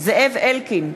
זאב אלקין,